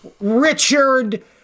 Richard